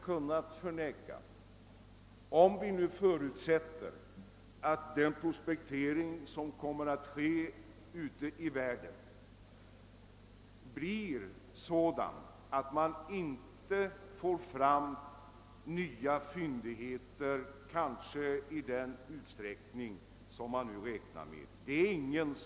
Det kan tänkas att den prospektering som kommer att ske ute i världen inte ger till resultat att man får fram nya fyndigheter i den utsträckning som man nu räknar med.